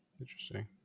Interesting